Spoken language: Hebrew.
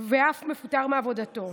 והוא אף מפוטר ממקום עבודתו.